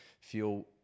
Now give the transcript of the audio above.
feel